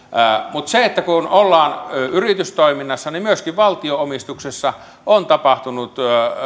kun ollaan yritystoiminnassa niin myöskin valtion omistuksessa